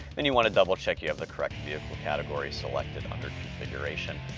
then you wanna double check you have the correct vehicle category selected under configuration.